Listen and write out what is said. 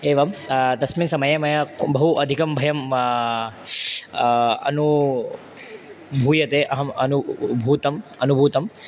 एवं तस्मिन् समये मया बहु अधिकं भयं श् अनुभूयते अहम् अनुभूतम् अनुभूतम्